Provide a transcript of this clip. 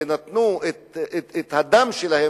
ונתנו את הדם שלהם,